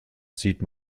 sieht